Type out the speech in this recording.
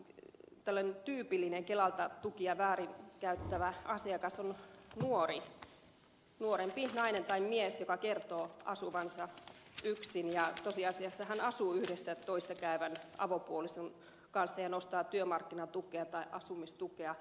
tällainen tyypillinen kelan tukea väärin käyttävä asiakas on nuori nuorempi nainen tai mies joka kertoo asuvansa yksin ja tosiasiassa hän asuu yhdessä työssä käyvän avopuolison kanssa ja nostaa työmarkkinatukea tai asumistukea